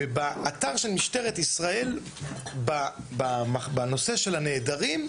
ובאתר של משטרת ישראל בנושא של הנעדרים,